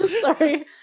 Sorry